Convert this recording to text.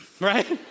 right